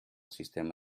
sistema